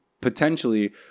potentially